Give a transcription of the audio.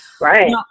Right